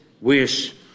wish